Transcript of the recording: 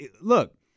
Look